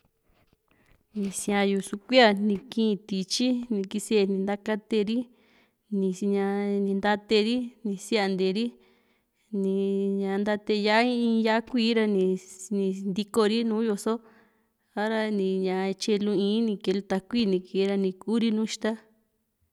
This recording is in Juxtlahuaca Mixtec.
ni sia´yu sukuilla ni kii tityi ni kisá in ntakateri ni ña ni natateri ni siantee ri, ni ntate yá´a kuíí ra ni ni ntiko ri nùù yoso ha´ra ni tyaelu ii´n ni ke´lu takui ni kee ra ni Kuri nu ixta.